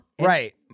Right